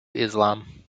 islam